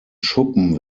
schuppen